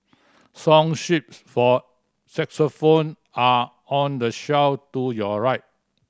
song sheets for xylophone are on the shelf to your right